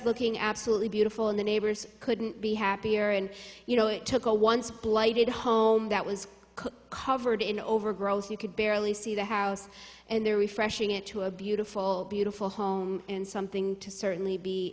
looking absolutely beautiful and the neighbors couldn't be happier and you know it took a once blighted home that was covered in overgross you could barely see the house and the refreshing it to a beautiful beautiful home and something to certainly be